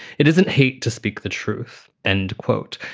it isn't hate to speak the truth, end quote.